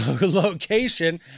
location